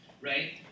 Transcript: right